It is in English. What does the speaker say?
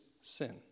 sin